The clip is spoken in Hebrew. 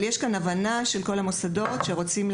יש הבנה של כל המוסדות והבנה של